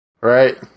Right